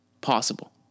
possible